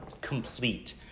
complete